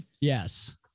Yes